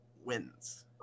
wins